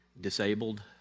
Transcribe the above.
Disabled